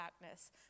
darkness